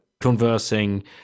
conversing